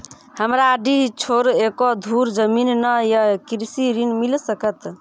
हमरा डीह छोर एको धुर जमीन न या कृषि ऋण मिल सकत?